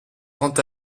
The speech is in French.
quant